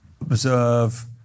observe